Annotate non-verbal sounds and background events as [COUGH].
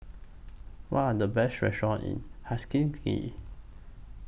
What Are The Best restaurants in [UNINTELLIGIBLE]